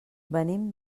venim